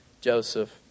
joseph